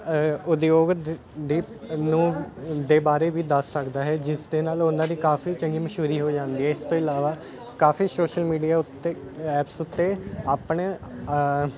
ਉਦਯੋਗ ਦੇ ਨੂੰ ਦੇ ਬਾਰੇ ਵੀ ਦੱਸ ਸਕਦਾ ਹੈ ਜਿਸ ਦੇ ਨਾਲ ਉਹਨਾਂ ਦੀ ਕਾਫੀ ਚੰਗੀ ਮਸ਼ਹੂਰੀ ਹੋ ਜਾਂਦੀ ਹੈ ਇਸ ਤੋਂ ਇਲਾਵਾ ਕਾਫੀ ਸੋਸ਼ਲ ਮੀਡੀਆ ਉੱਤੇ ਐਪਸ ਉੱਤੇ ਆਪਣੇ